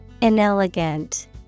Inelegant